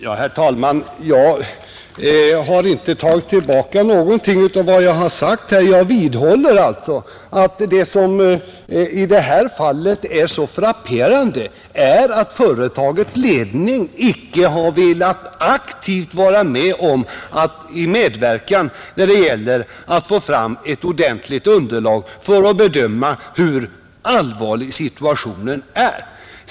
Herr talman! Jag har inte tagit tillbaka någonting av vad jag sagt här. Jag vidhåller att det som i det här fallet är så frapperande är att företagets ledning icke har velat aktivt medverka när det gällt att få fram ett ordentligt underlag för att bedöma hur allvarlig situationen är.